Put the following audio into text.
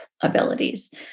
abilities